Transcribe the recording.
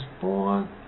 born